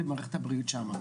גם לענת כהן שמואל,